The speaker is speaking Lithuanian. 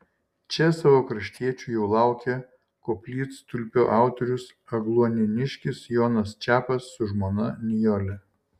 čia savo kraštiečių jau laukė koplytstulpio autorius agluonėniškis jonas čepas su žmona nijole